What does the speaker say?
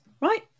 right